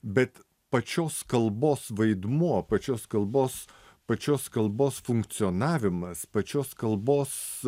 bet pačios kalbos vaidmuo pačios kalbos pačios kalbos funkcionavimas pačios kalbos